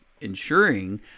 ensuring